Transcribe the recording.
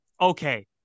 Okay